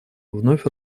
вновь